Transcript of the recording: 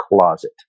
Closet